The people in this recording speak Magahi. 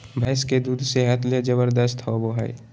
भैंस के दूध सेहत ले जबरदस्त होबय हइ